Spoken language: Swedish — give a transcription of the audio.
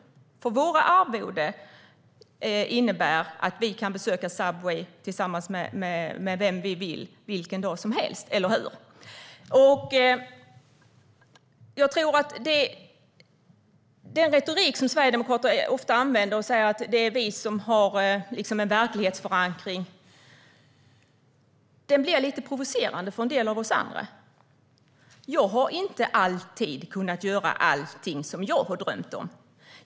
Våra arvoden innebär att vi kan besöka Subway tillsammans med vem vi vill vilken dag som helst, eller hur? Den retorik som sverigedemokrater använder om att det är just de som har verklighetsförankring blir lite provocerande för en del av oss andra. Jag har inte alltid kunnat göra allting som jag har drömt om.